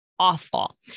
awful